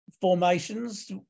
formations